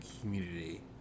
community